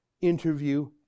interview